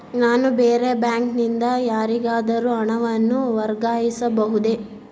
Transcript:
ನಾನು ಬೇರೆ ಬ್ಯಾಂಕ್ ನಿಂದ ಯಾರಿಗಾದರೂ ಹಣವನ್ನು ವರ್ಗಾಯಿಸಬಹುದೇ?